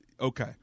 Okay